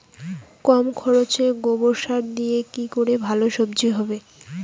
কম খরচে গোবর সার দিয়ে কি করে ভালো সবজি হবে?